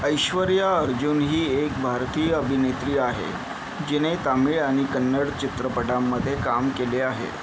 ऐश्वर्या अर्जुन ही एक भारतीय अभिनेत्री आहे जिने तामिळ आणि कन्नड चित्रपटांमध्ये काम केले आहे